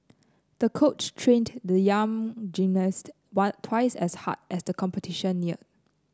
the coach trained the young gymnast one twice as hard as the competition neared